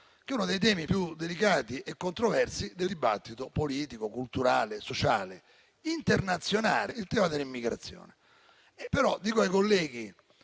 che è uno dei temi più delicati e controversi del dibattito politico, culturale e sociale internazionale: il tema dell'immigrazione. Dico, però, ai colleghi